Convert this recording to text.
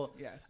yes